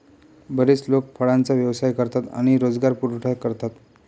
बरेच लोक फळांचा व्यवसाय करतात आणि रोजगार पुरवठा करतात